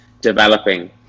developing